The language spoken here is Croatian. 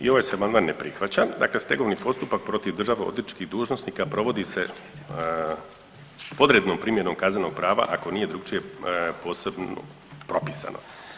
I ovaj se amandman ne prihvaća, dakle stegovni postupak protiv državnoodvjetničkih dužnosnika provodi se podrednom primjenom kaznenog prava ako nije drukčije posebno propisano.